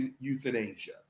euthanasia